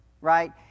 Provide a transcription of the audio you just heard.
right